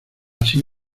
así